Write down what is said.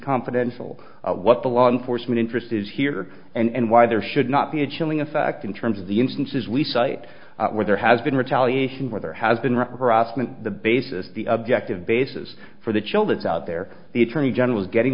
confidential what the law enforcement interest is here and why there should not be a chilling effect in terms of the instances we cite where there has been retaliation where there has been represent the basis the objective basis for the child it's out there the attorney general is getting